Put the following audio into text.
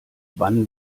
wann